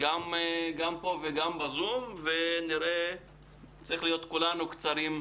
גם פה וגם בזום, וכולנו קצרים בזמן.